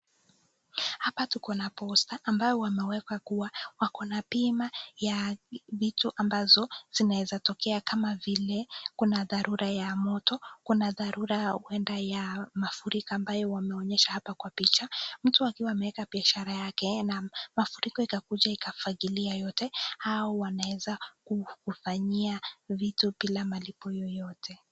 Hapa tukona posta, ambayo wameweka kuwa, wakona bima ya mito ambazo zinaeza tokea vile kuna dharura ya moto, kuna dharura ya huenda ya mafuriko, ambayo wameonyesha hapa kwa picha. Mtu akiwa ameweka biashara yake, na mafuriko ikakuja ikafagilia yote, hao wanaweza kufanyia vitu bila malipo yoyote.